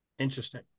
interesting